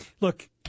Look